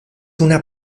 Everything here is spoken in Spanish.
una